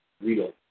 real